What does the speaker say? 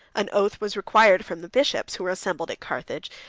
an oath was required from the bishops, who were assembled at carthage,